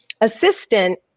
Assistant